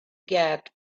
get